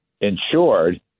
insured